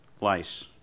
lice